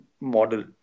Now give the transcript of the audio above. Model